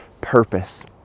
purpose